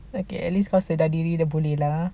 okay at least kau sedar diri then boleh lah